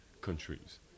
countries